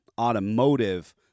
automotive